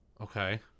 Okay